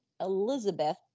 Elizabeth